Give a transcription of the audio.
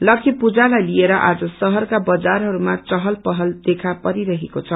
लक्खी पूजालाई लिएर आज शहरका बजारहरूमा चहल पहल देखि परिरहेको छ